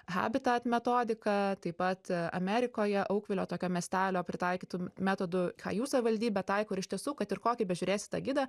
habitat metodika taip pat amerikoje aukvilio tokio miestelio pritaikytu metodu ką jų savivaldybė taiko ir iš tiesų kad ir kokį bežiūrėsi tą gidą